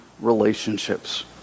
relationships